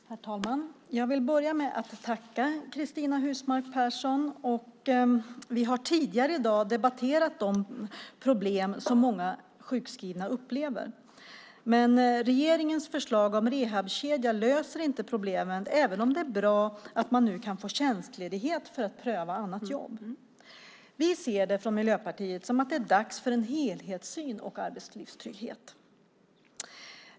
Herr talman! Jag vill börja med att tacka Cristina Husmark Pehrsson. Vi har tidigare i dag debatterat de problem som många sjukskrivna upplever. Regeringens förslag om rehabkedja löser inte problemen även om det är bra att man nu kan få tjänstledighet för att pröva annat jobb. Vi i Miljöpartiet ser det som att det är dags för en helhetssyn och en arbetslivstrygghet.